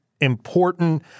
important